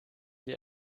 die